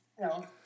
No